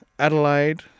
Adelaide